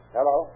Hello